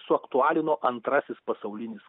suaktualino antrasis pasaulinis